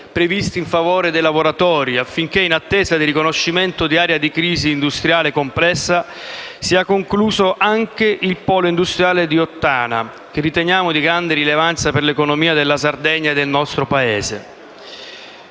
previsti in favore dei lavoratori affinché, in attesa del riconoscimento di area di crisi industriale complessa, sia concluso anche il polo industriale di Ottana, che riteniamo di grande rilevanza per l'economia della Sardegna e del nostro Paese.